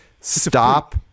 stop